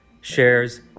shares